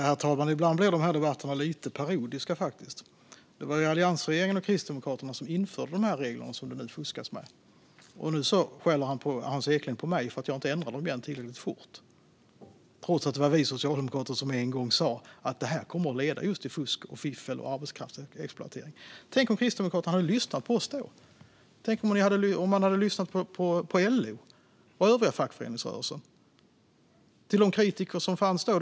Herr talman! Ibland blir dessa debatter faktiskt lite parodiska. Det var ju alliansregeringen och Kristdemokraterna som införde de regler som det nu fuskas med. Nu skäller Hans Eklind på mig för att jag inte ändrar dem igen tillräckligt fort, trots att det var vi socialdemokrater som en gång sa att detta kommer att leda till just fusk, fiffel och arbetskraftsexploatering. Tänk om Kristdemokraterna hade lyssnat på oss då! Tänk om man hade lyssnat på LO och övriga fackföreningsrörelsen och på de kritiker som fanns då!